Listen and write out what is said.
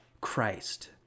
Christ